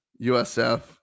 USF